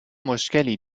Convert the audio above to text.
مشکلی